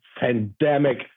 pandemic